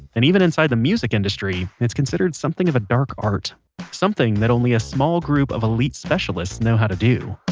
and even inside the music industry, it's considered something of a dark art something that only a small group of elite specialists know how to do